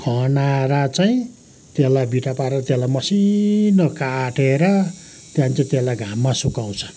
खनाएर चाहिँ त्यसलाई बिटो पारेर त्यसलाई मसिनु काटेर त्यहाँदेखि चाहिँ त्यसलाई घाममा सुकाउँछ